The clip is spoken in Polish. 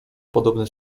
podobny